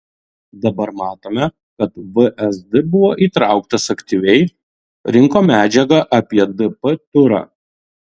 dabar matome kad vsd buvo įtrauktas aktyviai rinko medžiagą apie dp turą